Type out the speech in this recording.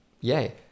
yay